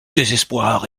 désespoir